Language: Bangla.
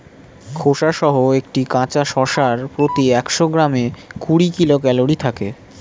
খোসাসহ একটি কাঁচা শসার প্রতি একশো গ্রামে কুড়ি কিলো ক্যালরি থাকে